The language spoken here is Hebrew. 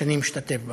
שאני משתתף בה,